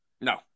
no